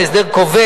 לכן,